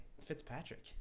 Fitzpatrick